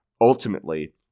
Ultimately